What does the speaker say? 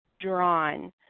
drawn